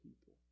people